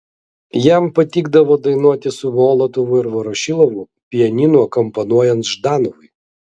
jam patikdavo dainuoti su molotovu ir vorošilovu pianinu akompanuojant ždanovui